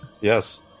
yes